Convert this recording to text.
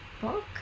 book